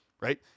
right